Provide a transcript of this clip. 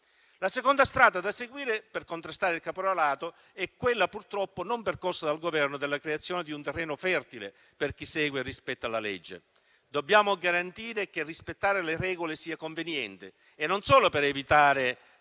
La seconda strada da seguire, per contrastare il caporalato, è quella, purtroppo non percorsa dal Governo, di creare un terreno fertile per chi segue e rispetta la legge. Dobbiamo garantire che rispettare le regole sia conveniente, non solo per evitare